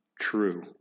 true